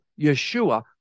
Yeshua